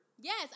Yes